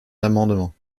l’amendement